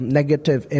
negative